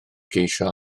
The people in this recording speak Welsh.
geisio